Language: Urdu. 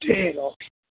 ٹھیک ہے اوکے